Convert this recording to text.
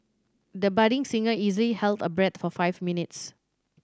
the budding singer easily held her breath for five minutes